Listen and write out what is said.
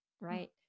right